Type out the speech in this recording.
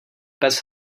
pes